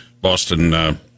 Boston